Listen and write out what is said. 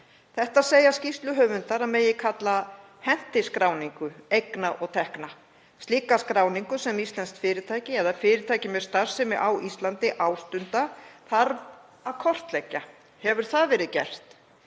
Þetta segja skýrsluhöfundar að kalla megi hentiskráningu eigna og tekna. Slíka skráningu sem íslensk fyrirtæki eða fyrirtæki með starfsemi á Íslandi ástunda þarf að kortleggja. Hefur það verið gert?